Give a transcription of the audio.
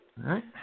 right